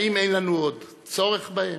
האם אין לנו עוד צורך בהם?